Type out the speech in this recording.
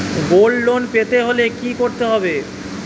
Gold loan পেতে হলে কি করতে হবে?